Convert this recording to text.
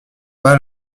pas